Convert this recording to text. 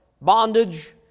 bondage